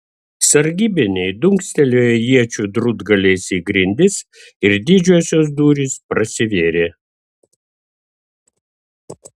sargybiniai dunkstelėjo iečių drūtgaliais į grindis ir didžiosios durys prasivėrė